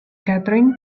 catherine